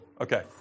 Okay